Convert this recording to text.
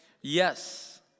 Yes